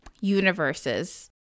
universes